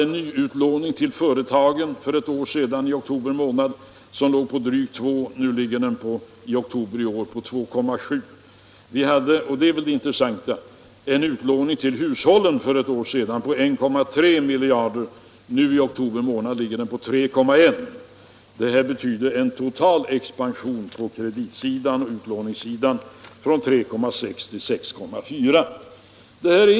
Nyutlåningen till företagen var i oktober för ett år sedan drygt 2 miljarder. I oktober i år låg den på 2,7 miljarder. Vi hade — och det är väl det intressanta — för ett år sedan en utlåning till hushållen på 1,3 miljarder. I oktober månad i år låg den på 3,1 miljarder. Det betyder en total expansion på utlåningssidan från 3,6 miljarder till 6,4 miljarder.